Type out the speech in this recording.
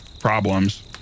problems